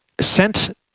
sent